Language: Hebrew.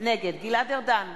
נגד גלעד ארדן,